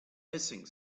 hissing